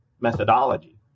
methodology